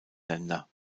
länder